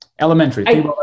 Elementary